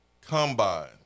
combine